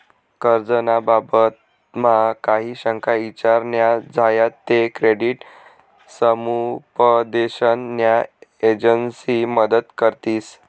कर्ज ना बाबतमा काही शंका ईचार न्या झायात ते क्रेडिट समुपदेशन न्या एजंसी मदत करतीस